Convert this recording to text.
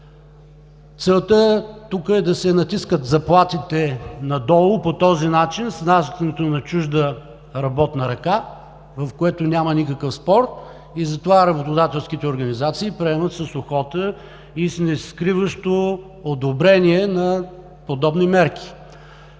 Целта тук е да се натискат заплатите надолу по този начин с внасянето на чужда работна ръка, в което няма никакъв спор, и затова работодателските организации, приемат с охота и с нескриващо одобрение подобни мерки.